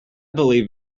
believe